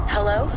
Hello